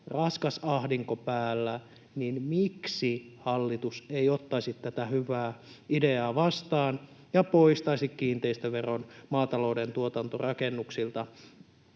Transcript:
raskas ahdinko päällä, niin miksi hallitus ei ottaisi tätä hyvää ideaa vastaan ja poistaisi kiinteistöveron maatalouden tuotantorakennuksilta?